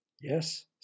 Yes